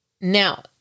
Now